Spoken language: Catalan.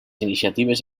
iniciatives